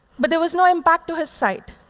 but there was no impact to his site.